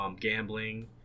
Gambling